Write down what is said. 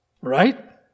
right